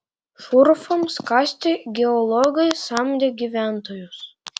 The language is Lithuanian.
šurfams kasti geologai samdė gyventojus